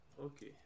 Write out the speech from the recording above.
Okay